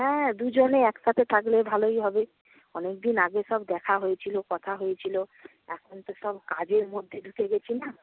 হ্যাঁ দুজনে একসাথে থাকলে ভালোই হবে অনেক দিন আগে সব দেখা হয়েছিল কথা হয়েছিল এখন তো সব কাজের মধ্যে ঢুকে গেছি না